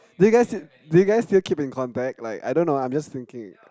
do you guys do you guys still keep in contact like I don't know I'm just thinking